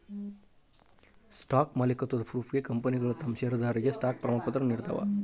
stock ಮಾಲೇಕತ್ವದ ಪ್ರೂಫ್ಗೆ ಕಂಪನಿಗಳ ತಮ್ ಷೇರದಾರರಿಗೆ ಸ್ಟಾಕ್ ಪ್ರಮಾಣಪತ್ರಗಳನ್ನ ನೇಡ್ತಾವ